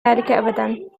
ذلك